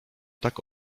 tak